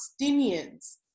Palestinians